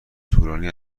طولانی